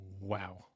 Wow